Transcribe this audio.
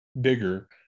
bigger